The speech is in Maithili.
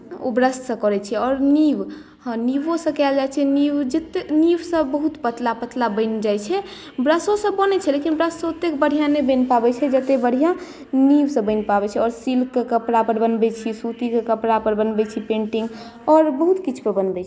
ओ ब्रशसँ करैत छी आओर नीब हँ नीबोसँ कयल जाइत छै नीब जेतेक नीबसँ बहुत पतला पतला बनि जाइत छै ब्रशोसँ बनैत छै लेकिन ब्रशसँ ओतेक बढ़िआँ नहि बनि पबैत छै जतेक बढ़िआँ नीबसँ बनि पबैत छै आओर सिल्कके कपड़ापर बनबैत छी सूतीके कपड़ापर बनबैत छी पेन्टिंग आओर बहुत किछुपर बनबैत छी